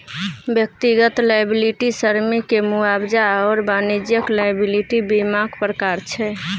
व्यक्तिगत लॉयबिलटी श्रमिककेँ मुआवजा आओर वाणिज्यिक लॉयबिलटी बीमाक प्रकार छै